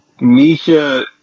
Misha